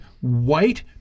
white